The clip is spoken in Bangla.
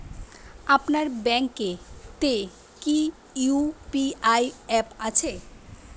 আপনার ব্যাঙ্ক এ তে কি ইউ.পি.আই অ্যাপ আছে?